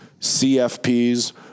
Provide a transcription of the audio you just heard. CFPs